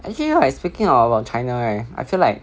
actually right speaking of a china right I feel like